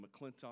McClintock